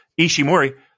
Ishimori